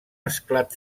esclat